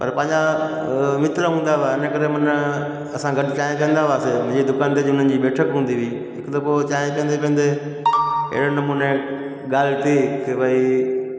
पर पंहिंजा मित्र हूंदा हुआ इन करे माना असां गॾु चांहि पीअंदा हुआसीं मुंहिंजी दुकान ते जे मुंहिंजी बैठक हूंदी हुई हिकु दफ़ो चांहि पीअंदे पीअंदे अहिड़े नमूने ॻाल्हि थी की भई